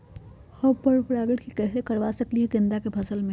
हम पर पारगन कैसे करवा सकली ह गेंदा के फसल में?